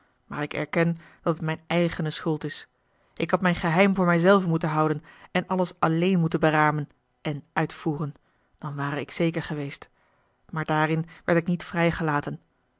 maar ik erken dat het mijne eigene schuld is ik had mijn geheim voor mij zelven moeten houden en alles alleen moeten beramen en uitvoeren dan ware ik zeker geweest maar daarin werd ik niet vrijgelaten